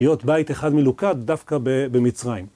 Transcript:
להיות בית אחד מלוכד, דווקא במצרים.